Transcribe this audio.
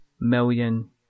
million